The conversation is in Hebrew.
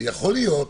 יכול להיות,